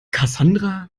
cassandra